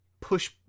push